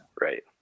Right